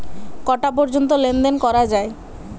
কটা পর্যন্ত লেন দেন করা য়ায়?